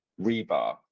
rebar